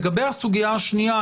לגבי הסוגיה השנייה,